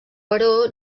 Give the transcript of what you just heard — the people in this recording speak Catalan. però